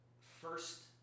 first